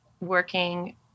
working